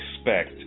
expect